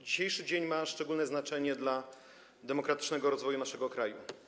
Dzisiejszy dzień ma szczególne znaczenie dla demokratycznego rozwoju naszego kraju.